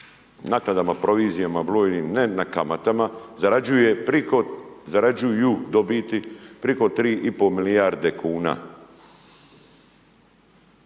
naknadama, provizijama, brojnim, ne na kamatama, zarađuje preko, zarađuju dobiti preko 3,5 milijarde kn.